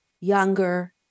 younger